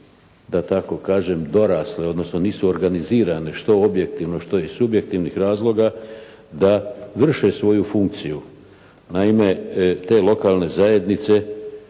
da tako kažem dorasle, odnosno nisu organizirane što objektivno, što iz subjektivnih razloga, da vrše svoju funkciju. Naime te lokalne zajednice